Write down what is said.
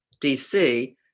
DC